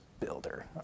builder